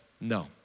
No